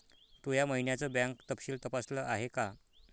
तू या महिन्याचं बँक तपशील तपासल आहे का?